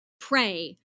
pray